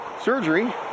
surgery